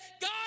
God